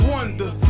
Wonder